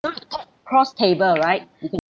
cannot at cross table right is it